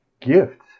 gift